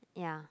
ya